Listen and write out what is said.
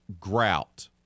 grout